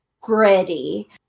Gritty